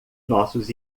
nossos